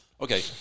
okay